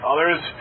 Others